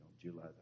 July